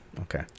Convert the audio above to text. okay